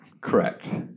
Correct